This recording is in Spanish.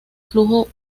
flujo